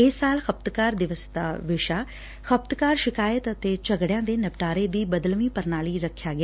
ਇਸ ਸਾਲ ਖਪਤਕਾਰ ਦਿਵਸ ਦਾ ਵਿਸ਼ਾ 'ਖਪਤਕਾਰ ਸ਼ਿਕਾਇਤ ਤੇ ਝਗੜਿਆਂ ਦੇ ਨਿਪਟਾਰੇ ਦੀ ਬਦਲਵੀ ਪ੍ਰਣਾਲੀ' ਰੱਖਿਆ ਗਿਆ